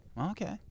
Okay